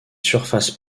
surfaces